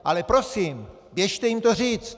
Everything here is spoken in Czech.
Ale prosím, běžte jim to říct!